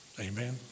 Amen